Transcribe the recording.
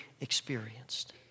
experienced